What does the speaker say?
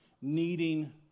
needing